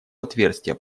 отверстие